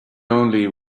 only